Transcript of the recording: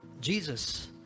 Jesus